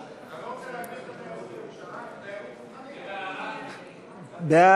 לשנת התקציב 2015, בדבר תוספת תקציב לא נתקבלו.